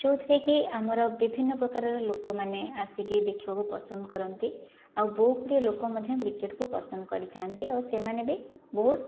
ଯେଉଁଥିରେକି ଆମର ବିଭିନ୍ନ ପ୍ରକାରର ଲୋକମାନେ ଆସିକି ଦେଖିବାକୁ ପସନ୍ଦ କରନ୍ତି ଆଉ ବହୁଗୁଡ଼ିଏ ଲୋକ ମଧ୍ୟ କ୍ରିକେଟକୁ ପସନ୍ଦ କରିଥାନ୍ତି ଆଉ ସେମାନେ ବି ବହୁତ